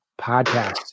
Podcast